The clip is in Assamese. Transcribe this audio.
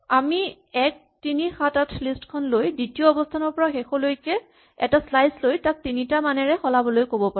আমি ১ ৩ ৭ ৮ লিষ্ট খন লৈ দ্বিতীয় অৱস্হানৰ পৰা শেষলৈকে এটা স্লাইচ লৈ তাক তিনিটা মানেৰে সলাবলৈ ক'ব পাৰো